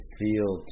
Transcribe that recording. feel